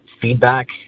feedback